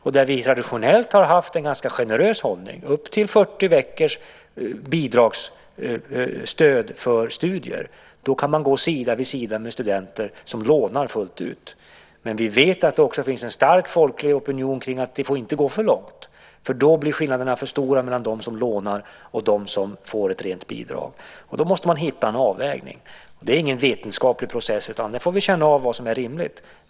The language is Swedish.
Där har vi traditionellt haft en ganska generös hållning. Det handlar om upp till 40 veckors bidragsstöd för studier. Då kan man gå sida vid sida med studenter som lånar fullt ut. Men vi vet att det också finns en stark folklig opinion kring att det inte får gå för långt, för då blir skillnaderna för stora mellan dem som lånar och dem som får ett rent bidrag. Då måste man hitta en avvägning. Det är ingen vetenskaplig process, utan vi får känna av vad som är rimligt.